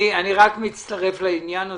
אני רק מצטרף לעניין הזה,